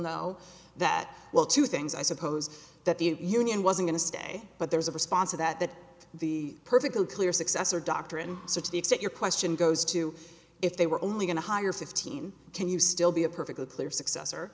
know that well two things i suppose that the union was going to stay but there's a response to that that the perfectly clear successor doctrine so to the extent your question goes to if they were only going to hire fifteen can you still be a perfectly clear successor